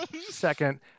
Second